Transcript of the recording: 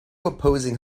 opposing